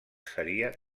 seria